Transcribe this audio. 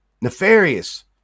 Nefarious